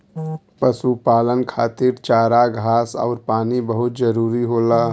पशुपालन खातिर चारा घास आउर पानी बहुत जरूरी होला